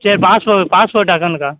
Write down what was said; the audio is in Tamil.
சரி பாஸ்போ பாஸ்போர்ட் அக்கௌண்ட் இருக்கா